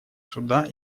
суда